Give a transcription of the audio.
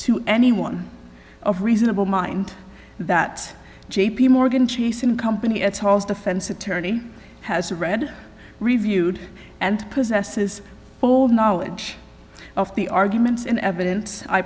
to anyone of reasonable mind that j p morgan chase and company at hall's defense attorney has read reviewed and possesses full knowledge of the arguments and evidence i